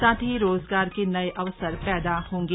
साथ ही रोजगार के नए अवसर पैदा होंगे